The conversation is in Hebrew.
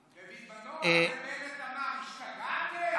ובזמנו בנט אמר על זה: השתגעתם,